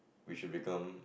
we should become